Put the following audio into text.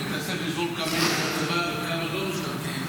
ואם תעשה חשבון כמה יש בצבא וכמה לא משתמטים,